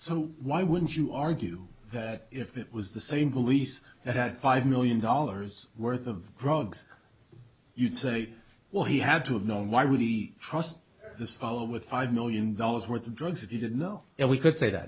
so why wouldn't you argue if it was the same police that had five million dollars worth of drugs you'd say well he had to have known why would we trust this fellow with five million dollars worth of drugs that he didn't know if we could say that